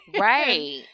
Right